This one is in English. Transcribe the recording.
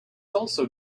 also